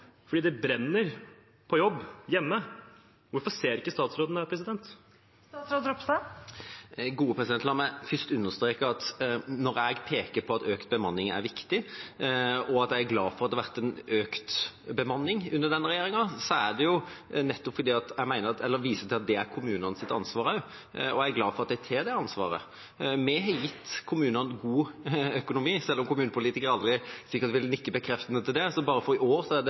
fordi det brenner på jobb hjemme. Hvorfor ser ikke statsråden dette? La meg først understreke at når jeg peker på at økt bemanning er viktig, og at jeg er glad for at det har vært en økt bemanning under denne regjeringa, er det jo nettopp fordi jeg viser til at det også er kommunenes ansvar, og jeg er glad for at de tar det ansvaret. Vi har gitt kommunene god økonomi – selv om kommunepolitikere sikkert aldri vil nikke bekreftende til det – bare for i år er det en økning på 2,4 mrd. kr i frie inntekter. Og de har brukt midlene til å prioritere barnevernet, og det